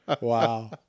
Wow